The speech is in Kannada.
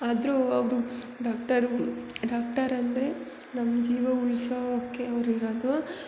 ಆದರೂ ಅವರು ಡಾಕ್ಟರು ಡಾಕ್ಟರ್ ಅಂದರೆ ನಮ್ಮ ಜೀವ ಉಳ್ಸೋಕ್ಕೆ ಅವ್ರು ಇರೋದು